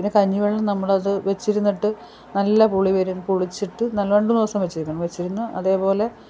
പിന്നെ കഞ്ഞിവെള്ളം നമ്മളത് വെച്ചിരുന്നിട്ട് നല്ല പുളി വരും പുളിച്ചിട്ട് രണ്ട് മൂന്ന് ദിവസം വെച്ചിരിക്കണം വെച്ചിരുന്നാൽ അതേപോലെ